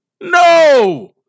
No